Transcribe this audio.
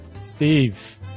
Steve